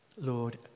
Lord